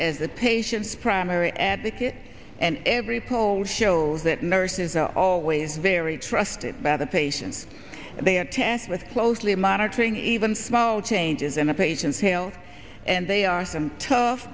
as a patient's primary advocate and every poll shows that nurses are always very trusted by the patients they attend with closely monitoring even small changes in a patient's hale and they are some tough